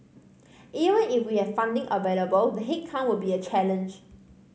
even if we had funding available the headcount will be a challenge